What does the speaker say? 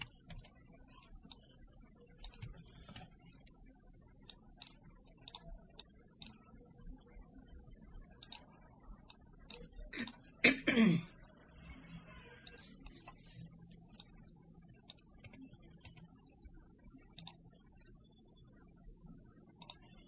इसलिए आज यह हमारा इस पूरे पाठ्यक्रम के लिए अंतिम व्याख्यान होने जा रहा है और मैं पूरी यात्रा को संक्षेप में प्रस्तुत करने जा रहा हूं शुरू से अंत तक